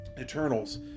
Eternals